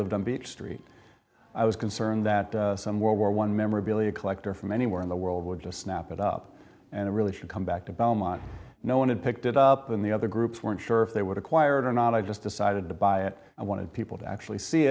lived on beach street i was concerned that some world war one memorabilia collector from anywhere in the world would just snap it up and it really should come back to belmont no one had picked it up than the other groups weren't sure if they would acquire it or not i just decided to buy it and wanted people to actually see